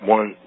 One